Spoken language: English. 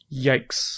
Yikes